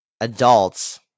adults